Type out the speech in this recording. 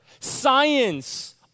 science